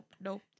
nope